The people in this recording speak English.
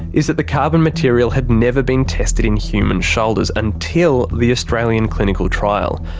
is that the carbon material had never been tested in human shoulders, until the australian clinical trial.